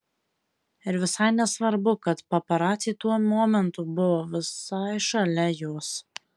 ir visai nesvarbu kad paparaciai tuo momentu buvo visai šalia jos